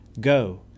Go